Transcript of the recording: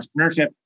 entrepreneurship